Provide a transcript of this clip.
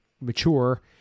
mature